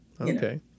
okay